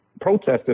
protesting